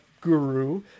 guru